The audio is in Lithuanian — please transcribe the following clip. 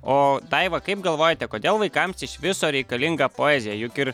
o daiva kaip galvojate kodėl vaikams iš viso reikalinga poezija juk ir